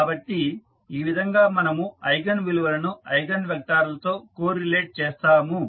కాబట్టి ఈ విధంగా మనము ఐగన్ విలువలను ఐగన్ వెక్టార్ లతో కోరిలేట్ చేస్తాము